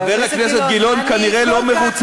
חבר הכנסת גילאון, אני כל כך מכבדת אותך.